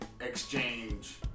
exchange